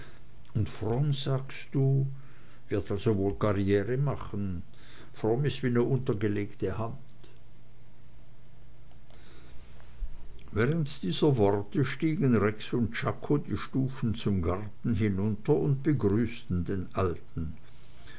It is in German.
und fromm sagst du wird also wohl karriere machen fromm is wie ne untergelegte hand während dieser worte stiegen rex und czako die stufen zum garten hinunter und begrüßten den alten